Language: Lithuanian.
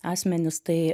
asmenis tai